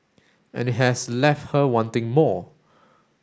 and it has left her wanting more